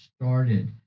started